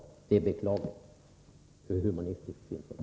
Detta är beklagligt ur humanitär synpunkt.